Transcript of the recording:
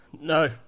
no